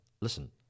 listen